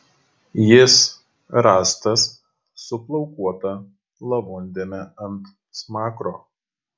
jis rastas su plaukuota lavondėme ant smakro